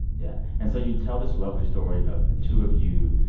yeah. and so you tell this lovely story of the two of you,